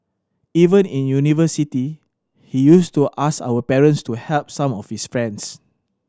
even in university he used to ask our parents to help some of his friends